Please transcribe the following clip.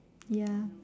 ya